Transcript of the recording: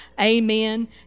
Amen